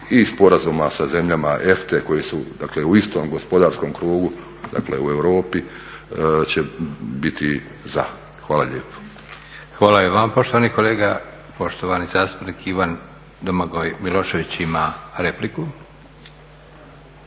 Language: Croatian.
i sporazuma sa zemljama EFTA-e koje su dakle u istom gospodarskom krugu u Europi će biti za. Hvala lijepo. **Leko, Josip (SDP)** Hvala i vama poštovani kolega. Poštovani zastupnik Ivan Domagoj Milošević ima repliku.